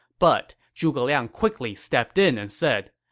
but zhuge liang quickly stepped in and said,